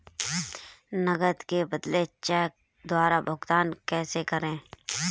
नकद के बदले चेक द्वारा भुगतान कैसे करें?